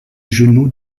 genoux